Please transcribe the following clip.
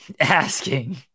asking